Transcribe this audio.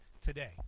today